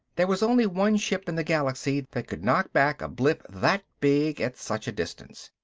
there was only one ship in the galaxy that could knock back a blip that big at such a distance.